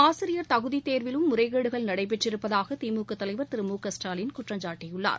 ஆசிரியர் தகுதித் தேர்விலும் முறைகேடுகள் நடைபெற்றிருப்பதாக திமுக தலைவர் திரு மு க ஸ்டாலின் குற்றம்சாட்டியுள்ளார்